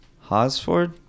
Hosford